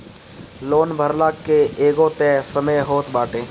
loan भरला के एगो तय समय होत बाटे